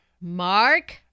Mark